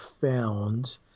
found